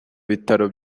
bitaro